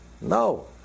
No